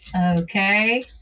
Okay